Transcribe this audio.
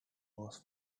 was